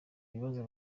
ibibazo